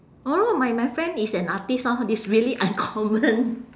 orh lor my my friend is an artist orh it's really uncommon